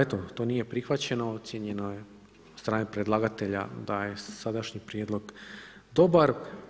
Eto, to nije prihvaćeno, ocijenjeno je od strane predlagatelja da je sadašnji prijedlog dobar.